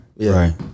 Right